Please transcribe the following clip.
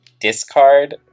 discard